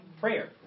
Prayer